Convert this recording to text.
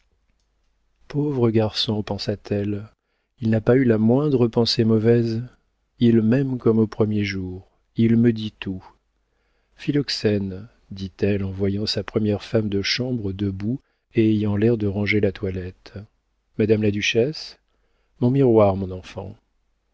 pauvre garçon pensa-t-elle il n'a pas eu la moindre pensée mauvaise il m'aime comme au premier jour il me dit tout philoxène dit-elle en voyant sa première femme de chambre debout et ayant l'air de ranger la toilette madame la duchesse mon miroir mon enfant